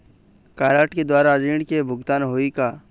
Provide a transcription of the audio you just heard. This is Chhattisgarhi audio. कारड के द्वारा ऋण के भुगतान होही का?